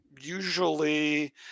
Usually